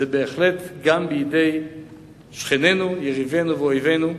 זה בהחלט גם בידי שכנינו, יריבינו ואויבינו,